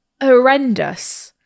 horrendous